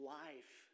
life